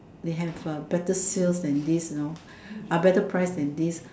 they have a better sales than this you know ah better price than this